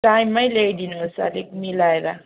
टाइममै ल्याइदिनुहोस् अलिक मिलाएर